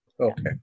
Okay